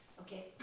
Okay